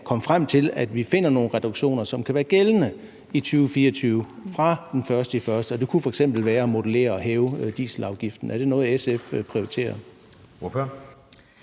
skal komme frem til, at vi finder nogle reduktioner, som kan være gældende i 2024, fra den 1. januar, og det kunne f.eks. være at modellere og hæve dieselafgiften. Er det noget, SF prioriterer?